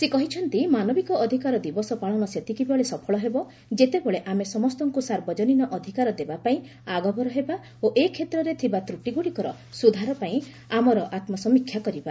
ସେ କହିଛନ୍ତିମାନବିକ ଅଧିକାର ଦିବସ ପାଳନ ସେତିକିବେଳେ ସଫଳ ହେବ ଯେତେବେଳେ ଆମେ ସମସ୍ତଙ୍କୁ ସାର୍ବଜନୀନ ଅଧିକାର ଦେବାପାଇଁ ଆଗଭର ହେବା ଓ ଏ କ୍ଷେତ୍ରରେ ଥିବା ତ୍ରୁଟିଗୁଡ଼ିକର ସୁଧାର ପାଇଁ ଆମର ଆତ୍ମସମୀକ୍ଷା କରିବା